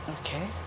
Okay